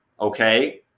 okay